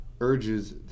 urges